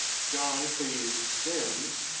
john cleves symmes,